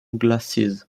glasses